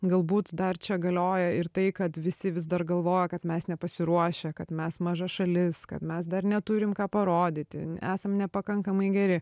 galbūt dar čia galioja ir tai kad visi vis dar galvoja kad mes nepasiruošę kad mes maža šalis kad mes dar neturim ką parodyti esam nepakankamai geri